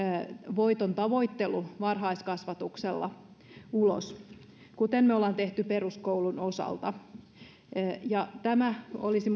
voitontavoittelun varhaiskasvatuksesta ulos kuten me olemme tehneet peruskoulun osalta tämä olisi